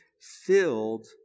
filled